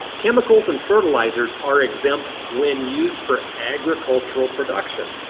chemicals and fertilizers are exempt when used for agricultural production.